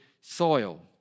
soil